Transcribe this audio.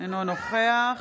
אינו נוכח